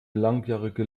langjährige